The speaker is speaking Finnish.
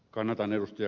kannatan ed